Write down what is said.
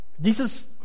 Jesus